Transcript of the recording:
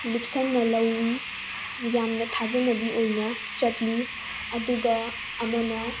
ꯂꯨꯞꯁꯟꯅ ꯂꯧꯏ ꯌꯥꯝꯅ ꯊꯥꯖꯅꯕꯤ ꯑꯣꯏꯅ ꯆꯠꯂꯤ ꯑꯗꯨꯒ ꯑꯃꯅ